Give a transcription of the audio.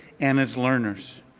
and as learners.